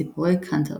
סיפורי קנטרברי.